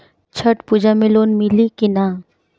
छठ पूजा मे लोन मिली की ना?